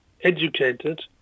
educated